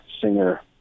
singer